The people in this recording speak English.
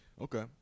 Okay